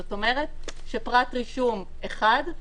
זאת אומרת שפרט רישום אחד,